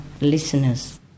listeners